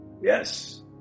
Yes